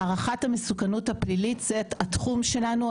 הערכת המסוכנות הפלילית זה התחום שלנו.